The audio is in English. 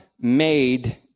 made